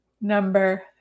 number